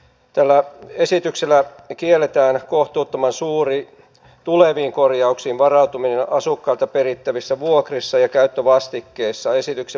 tällä esityksellä kielletään kohtuuttoman suuri tuleviin korjauksiin varautuminen asukkailta perittävissä vuokrissa ja käyttövastikkeissa